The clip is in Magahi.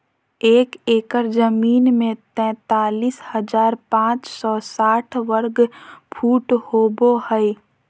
एक एकड़ जमीन में तैंतालीस हजार पांच सौ साठ वर्ग फुट होबो हइ